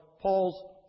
Paul's